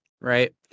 right